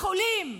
לחולים.